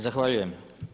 Zahvaljujem.